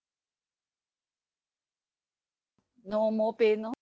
normal pain lor